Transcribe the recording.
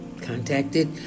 contacted